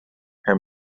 her